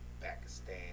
Pakistan